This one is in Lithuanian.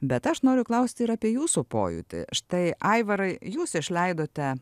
bet aš noriu klausti ir apie jūsų pojūtį štai aivarai jūs išleidote